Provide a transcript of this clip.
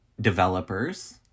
developers